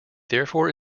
therefore